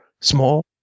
small